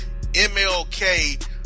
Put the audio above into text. MLK